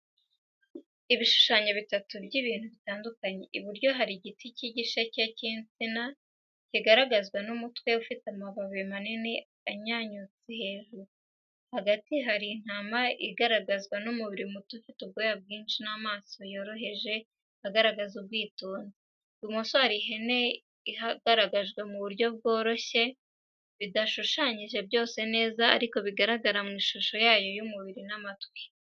Ibishushanyo bitatu by’ibintu bitandukanye: Iburyo: Hari igiti cy’igisheke cy’insina, kigaragazwa n’umutwe ufite amababi manini anyanyutse hejuru. Hagati: Hari intama, igaragazwa n’umubiri muto ufite ubwoya bwinshi n’amaso yoroheje agaragaza ubwitonzi. Ibumoso: Hari ihene, igaragajwe mu buryo bworoshye bidashushanyije byose neza, ariko bigaragara mu ishusho yayo y’umubiri n’amatwi.